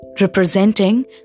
representing